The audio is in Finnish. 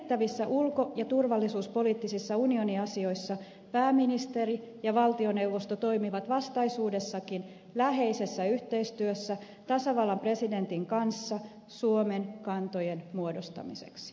merkittävissä ulko ja turvallisuuspoliittisissa unioniasioissa pääministeri ja valtioneuvosto toimivat vastaisuudessakin läheisessä yhteistyössä tasavallan presidentin kanssa suomen kantojen muodostamiseksi